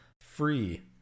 free